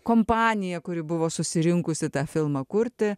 kompanija kuri buvo susirinkusi tą filmą kurti